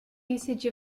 usage